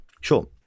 Sure